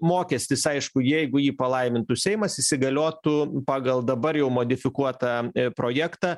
mokestis aišku jeigu jį palaimintų seimas įsigaliotų pagal dabar jau modifikuotą projektą